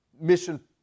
mission